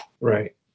Right